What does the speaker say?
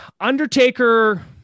Undertaker